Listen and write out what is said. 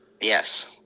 Yes